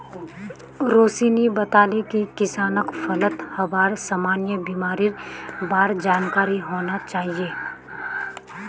रोशिनी बताले कि किसानक फलत हबार सामान्य बीमारिर बार जानकारी होना चाहिए